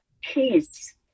peace